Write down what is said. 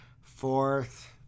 Fourth